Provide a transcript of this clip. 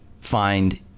find